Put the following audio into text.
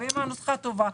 ואם הנוסחה טובה,